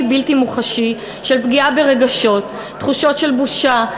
בלתי מוחשי של פגיעה ברגשות: תחושות של בושה,